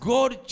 God